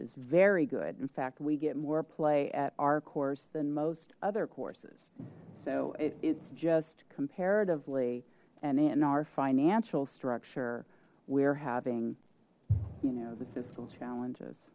is very good in fact we get more play at our course than most other courses so it's just comparatively and in our financial structure we're having you know the fiscal challenges